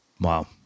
Wow